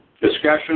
Discussion